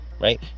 Right